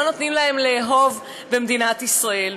לא נותנים להם לאהוב במדינת ישראל,